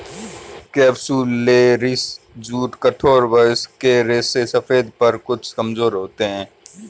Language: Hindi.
कैप्सुलैरिस जूट कठोर व इसके रेशे सफेद पर कुछ कमजोर होते हैं